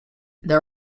there